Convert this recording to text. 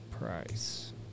Price